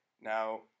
Now